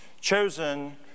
chosen